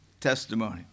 testimony